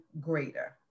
greater